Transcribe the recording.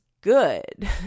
good